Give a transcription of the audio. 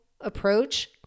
approach